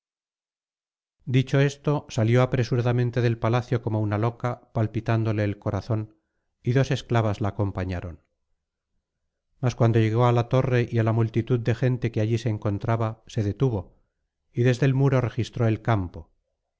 dicho esto salió apresuradamente del palacio como una loca palpitándole el corazón y dos esclavas la acompañaron mas cuando llegó á la torre y á la multitud de gente que allí se encontraba se detuvo y desde el muro registró el campo